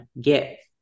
get